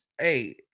Hey